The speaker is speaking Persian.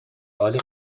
عالی